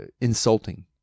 insulting